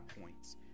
points